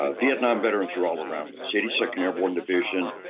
ah vietnam veterans are all around us. eighty second airborne division,